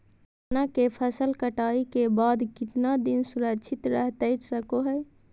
चना की फसल कटाई के बाद कितना दिन सुरक्षित रहतई सको हय?